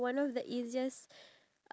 yes I did